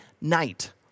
night